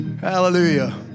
Hallelujah